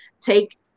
take